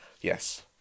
yes